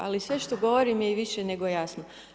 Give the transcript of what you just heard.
Ali, sve što govorim je više nego jasno.